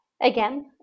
Again